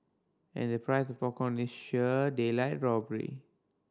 and the price popcorn is sheer daylight robbery